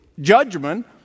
judgment